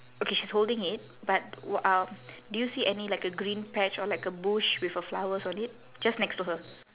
okay she's holding it but wh~ um do you see any like a green patch or like a bush with a flowers on it just next to her